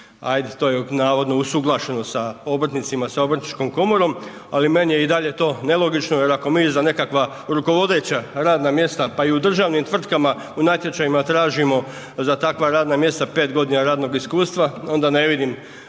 ajd to je navodno usuglašeno sa obrtnicima, sa Obrtničkom komorom, ali meni je i dalje to nelogično jer ako mi za nekakva rukovodeća radna mjesta pa i u državnim tvrtkama u natječajima tražimo za takva radna mjesta 5 godina radnog iskustva, onda ne vidim